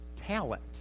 talent